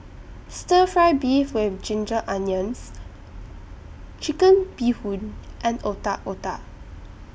Stir Fry Beef with Ginger Onions Chicken Bee Hoon and Otak Otak